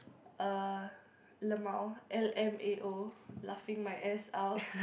uh lmao L_M_A_O laughing my ass out